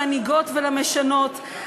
למנהיגות ולמשנות.